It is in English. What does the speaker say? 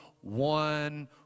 one